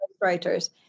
writers